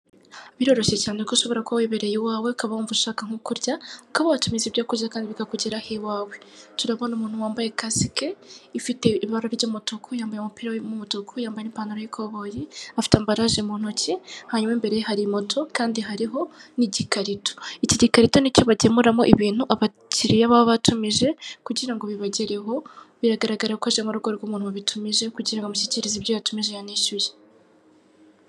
Biroroshye cyane ko ushobora kuba wibereye iwawe akaba wumva ushaka nko kurya ukaba watumiza ibyo kurya kandi bikakugeraho iwawe turabona umuntu wambaye kasike ifite ibara ry'umutuku yambaye umupira w'umutuku yamabaye n'ipantaro y'ikiboyi afite ambaraje mu ntoki hanyuma imbere ye hari moto kandi hariho n'igikarito. Iki gikarito nicyo bagemuramo ibintu abakiriya baba batumije kugirango bibagereho biragaragara ko aje murugo rw'umuntu wabitumije kugirango amushyikirize ibyo yatumije yanishyuye.